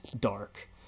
dark